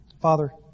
Father